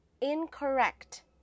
incorrect